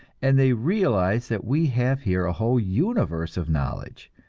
and they realize that we have here a whole universe of knowledge,